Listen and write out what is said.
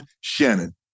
Shannon